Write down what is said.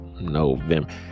november